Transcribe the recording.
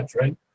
right